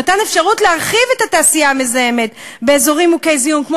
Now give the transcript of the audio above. במתן אפשרות להרחיב את התעשייה המזהמת באזורים מוכי זיהום כמו